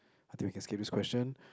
I think we can skip this question